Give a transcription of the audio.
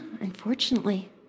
unfortunately